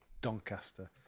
Doncaster